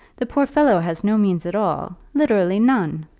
the poor fellow has no means at all literally none.